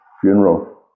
funeral